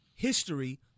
history